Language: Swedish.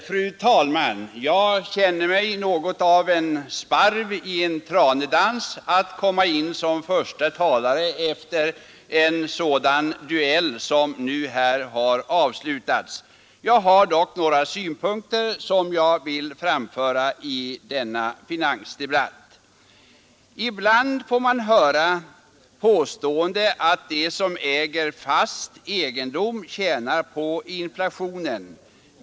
Fru talman! Jag känner mig som något av en sparv i en tranedans när jag kommer in som förste talare efter en sådan duell som nu här har avslutats. Jag har dock några synpunkter som jag vill framföra i denna finansdebatt. Ibland får man höra påståendet att de som har fast egendom tjänar på inflationen.